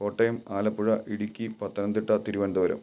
Kottayam Alappuzha Idukki Pathanamthitta Thiruvananthapuram